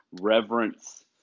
reverence